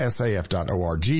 SAF.org